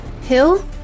Hill